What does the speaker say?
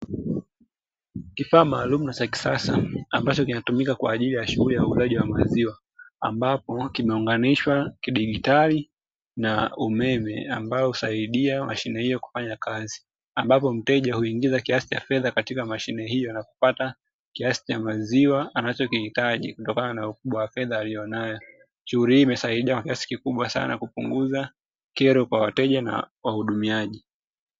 Kifaa maalumu na cha kisasa ambacho kinatumika kwa ajili ya shughuli ya uuzaji wa maziwa, ambapo kimeunganishwa kidigitali na umeme ambao husaidia mashine hiyo kufanya kazi, ambapo mteja huingiza kiasi cha fedha katika mashine hiyo na kupata kiasi cha maziwa anachokihitaji, kutokana na ukubwa wa fedha aliyonayo. Shughuli hii imesaidia kwa kiasi kikubwa sana kupunguza kero kwa wateja na wahudumiaji.